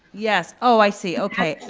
yes. oh, i see. okay,